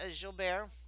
Gilbert